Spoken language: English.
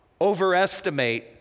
overestimate